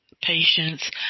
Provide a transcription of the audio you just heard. patients